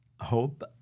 hope